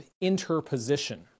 interposition